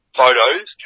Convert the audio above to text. photos